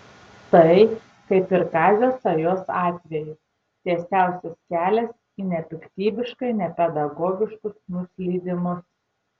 tai kaip ir kazio sajos atveju tiesiausias kelias į nepiktybiškai nepedagogiškus nuslydimus